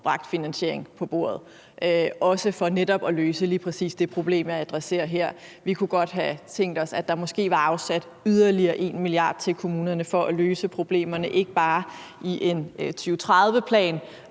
bragt finansiering på bordet, også for netop at løse lige præcis det problem, jeg adresserer her. Vi kunne godt have tænkt os, at der måske var afsat yderligere 1 mia. kr. til kommunerne for at løse problemerne, ikke bare i en 2030-plan